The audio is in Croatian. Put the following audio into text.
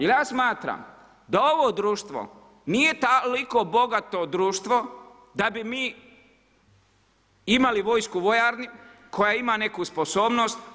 Jel ja smatram da ovo društvo nije toliko bogato društvo da bi mi imali vojsku u vojarni koja bi imala neku sposobnost.